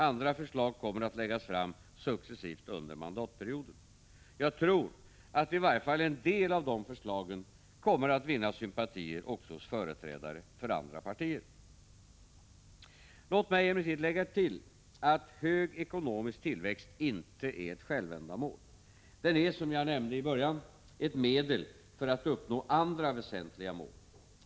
Andra förslag kommer att läggas fram successivt under mandatperioden. Jag tror att i varje främja den ekonomiska tillväxten fall en del av dessa förslag kommer att vinna sympatier också hos företrädare för andra partier. Låt mig emellertid lägga till att hög ekonomisk tillväxt inte är ett självändamål. Den är, som jag nämnde inledningsvis, ett medel för att uppnå andra väsentliga mål.